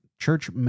Church